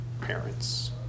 parents